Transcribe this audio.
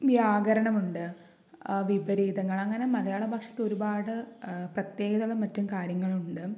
വ്യാകരണം ഉണ്ട് വിപരീതങ്ങൾ അങ്ങനെ മലയാളഭാഷയ്ക്ക് ഒരുപാട് പ്രത്യേകതകളും മറ്റും കാര്യങ്ങളുമുണ്ട്